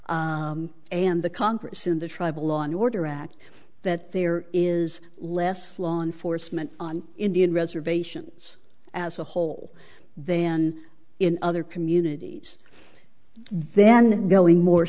and the congress in the tribal law and order act that there is less law enforcement on indian reservations as a whole then in other communities then going more